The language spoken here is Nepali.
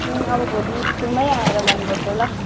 उम् अब भोलि स्कुलमै आएर गर्नुपर्छ होला